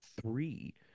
three